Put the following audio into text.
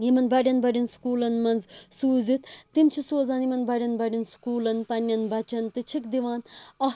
یِمَن بَڈٮ۪ن بَڈٮ۪ن سکوٗلن منٛز سوٗزِتھ تِم چھِ سوزان یِمَن بَڈٮ۪ن بَڈٮ۪ن سکولَن پَنہٕ نٮ۪ن بَچَن تہِ چھِکھ دِوان اَکھ